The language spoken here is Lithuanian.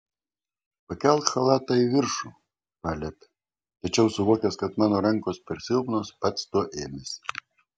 pakelk chalatą į viršų paliepė tačiau suvokęs kad mano rankos per silpnos pats to ėmėsi